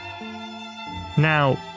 now